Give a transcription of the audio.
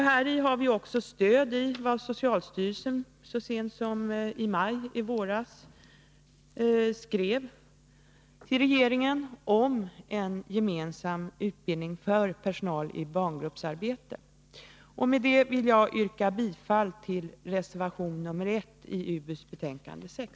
Här har vi stöd i vad socialstyrelsen så sent som i maj skrev till regeringen om en gemensam utbildning för personal i barngruppsarbete. Med detta vill jag yrka bifall till reservation 1 i utbildningsutskottets betänkande 6.